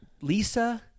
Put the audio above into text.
Lisa